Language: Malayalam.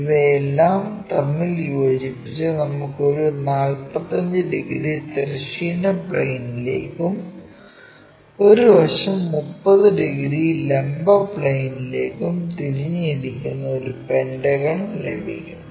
ഇവയെല്ലാം തമ്മിൽ യോജിപ്പിച്ച് നമുക്ക് ഒരു 45 ഡിഗ്രി തിരശ്ചീന പ്ലെയിനിലേക്കും ഒരു വശം 30 ഡിഗ്രി ലംബ പ്ലെയിനിലേക്കും തിരിഞ്ഞു ഇരിക്കുന്ന ഒരു പെന്റഗൺ ലഭിക്കും